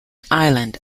island